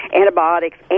antibiotics